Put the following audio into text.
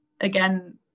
again